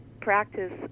practice